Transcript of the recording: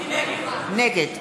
נגד